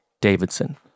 Davidson